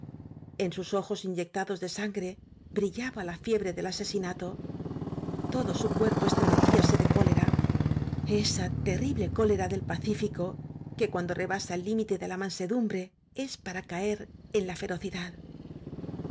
en sus ojos inyectados de san gre brillaba la fiebre del asesinato todo su cuerpo estremecíase de cólera esa terrible cólera del pacífico que cuando rebasa el límite de la mansedumbre es para caer en la